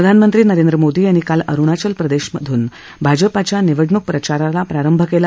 प्रधानमंत्री नरेंद्र मोदी यांनी काल अरुणाचल प्रदेशातून भाजपाच्या निवडणूक प्रचाराला प्रारंभ केला